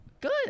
Good